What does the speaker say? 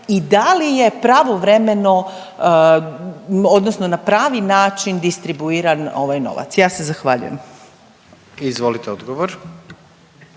i da li je pravovremeno odnosno na pravi način distribuiran ovaj novac. Ja se zahvaljujem. **Jandroković,